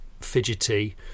fidgety